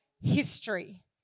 history